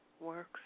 works